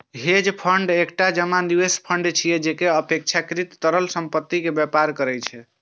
hedge fund एकटा जमा निवेश फंड छियै, जे अपेक्षाकृत तरल संपत्ति मे व्यापार करै छै